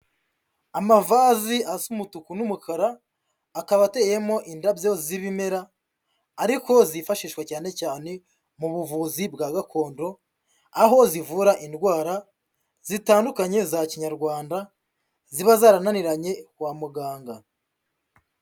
Amavazi asa umutuku n'umukara, akaba ateyemo indabyo z'ibimera ariko zifashishwa cyane cyane mu buvuzi bwa gakondo, aho zivura indwara zitandukanye za Kinyarwanda, ziba zarananiranye kwa muganga.